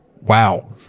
wow